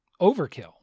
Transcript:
overkill